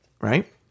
right